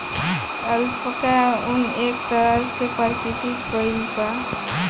alpaca ऊन, एक तरह के प्राकृतिक फाइबर ह